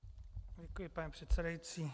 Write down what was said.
Děkuji, pane předsedající.